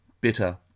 bitter